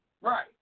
Right